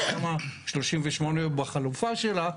תמ"א 38 בחלופה שלה,